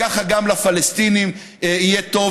ככה גם לפלסטינים יהיה טוב,